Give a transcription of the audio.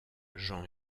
jean